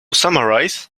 summarize